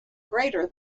greater